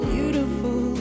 Beautiful